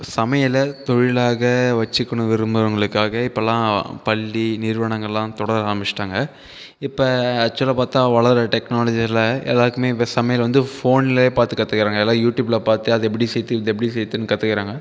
சமையலை தொழிலாக வச்சுக்கணும் விரும்புறவங்களுக்காக இப்பல்லாம் பள்ளி நிறுவனங்கள்லாம் தொடர ஆரம்பிச்சிட்டாங்க இப்போ ஆக்ச்சுவலாக பார்த்தா வளர டெக்னாலஜியில் எல்லாருக்குமே இப்போ சமையல் வந்து ஃபோன்லேயே பார்த்து கற்றுக்கிறாங்க எல்லாம் யூடியூபில் பார்த்து அதை எப்படி செய்வது இதை எப்படி செய்வதுன்னு கற்றுக்கிறாங்க